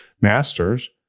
Masters